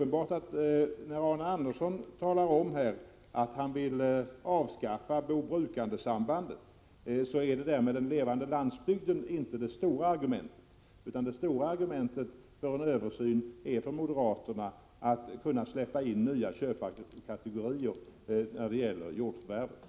När Arne Andersson talar om att han vill avskaffa bo-brukar-principen, är det uppenbart att det bärande argumentet inte är att slå vakt om en levande landsbygd. Moderaternas bärande argument för en översyn är att nya köpare skall kunna förvärva jordbruksfastigheter.